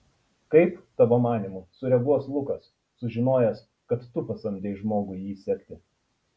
kaip tavo manymu sureaguos lukas sužinojęs kad tu pasamdei žmogų jį sekti